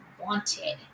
wanted